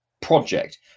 project